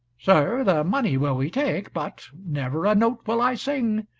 sir, the money will we take, but never a note will i sing,